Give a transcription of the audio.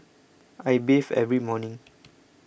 I bathe every morning